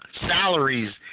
salaries